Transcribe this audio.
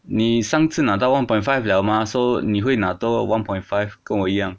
你上次拿到 one point five 了 mah so 你会拿多 one point five 跟我一样